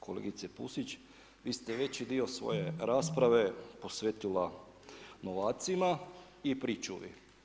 Kolegice Pusić, vi ste veći dio svoje rasprave posvetila novacima i pričuvi.